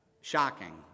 Shocking